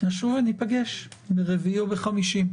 נשוב וניפגש ביום רביעי או חמישי.